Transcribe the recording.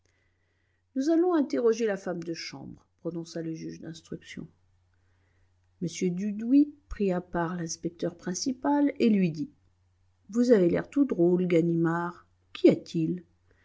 nous allons interroger la femme de chambre prononça le juge d'instruction m dudouis prit à part l'inspecteur principal et lui dit vous avez l'air tout drôle ganimard qu'y a-t-il